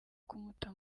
kumuta